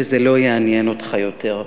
וזה לא יעניין אותך יותר.